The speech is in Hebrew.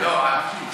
לא.